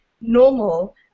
normal